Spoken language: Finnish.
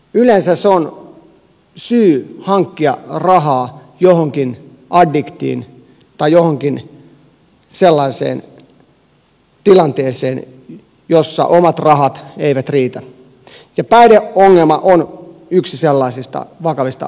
yleensä se syy on hankkia rahaa johonkin addiktioon tai johonkin sellaiseen tilanteeseen jossa omat rahat eivät riitä ja päihdeongelma on yksi sellaisista vakavista ongelmista